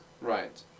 Right